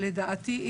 לדעתי,